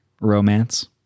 Romance